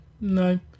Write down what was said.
no